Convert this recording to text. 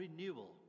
renewal